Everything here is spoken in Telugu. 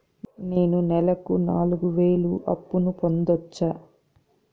నేను నెలకు నాలుగు వేలు అప్పును పొందొచ్చా?